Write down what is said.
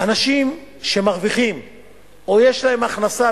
אנשים שמרוויחים או יש להם הכנסה,